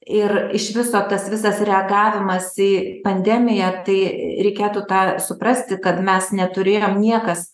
ir iš viso tas visas reagavimas į pandemiją tai reikėtų tą suprasti kad mes neturėjom niekas